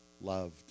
loved